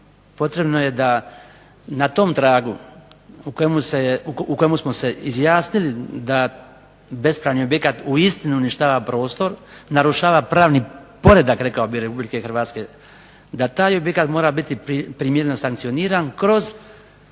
Potrebno je da na tom tragu u kojem smo se izjasnili da bespravni objekat uistinu uništava prostor, narušava pravni poredak rekao bih RH, da taj objekat mora biti primjereno sankcioniran kroz